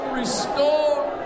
restore